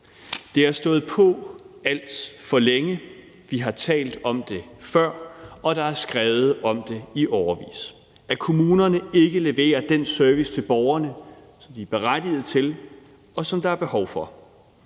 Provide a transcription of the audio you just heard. Det har stået på alt for længe, vi har talt om det før, og der er skrevet om det i årevis: Kommunerne leverer ikke den service til borgerne, som de er berettiget til, og som der er behov for.